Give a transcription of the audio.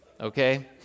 okay